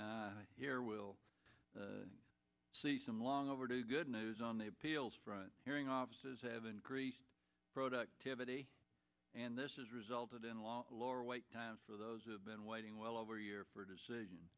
money here will see some long overdue good news on the appeals front hearing offices have increased productivity and this is resulted in a lot lower wait times for those who have been waiting well over a year for a decision